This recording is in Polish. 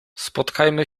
spotkajmy